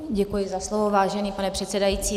Děkuji za slovo, vážený pane předsedající.